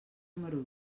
número